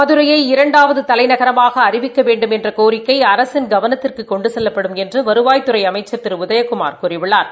மதுரையை இரண்டாவது தலைநகரமாக அறிவிக்க வேண்டுமென்ற கோரிக்கை அரசின் கவனத்துக்கு கொண்டு செல்லப்படும் என்று வருவாய்த்துறை அமைச்சா் திரு உதயகுமாா் கூறியுள்ளாா்